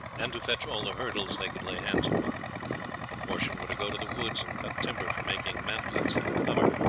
and to fetch all the hurdles they could lay hands upon a portion were to go to the woods and cut timber for making mantlets and cover,